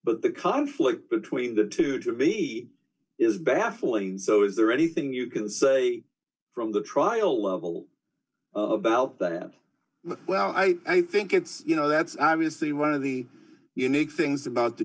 but the conflict between the d two to me is baffling so is there anything you can say from the trial level of about that well i i think it's you know that's i was the one of the unique things about the